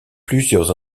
plusieurs